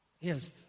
Yes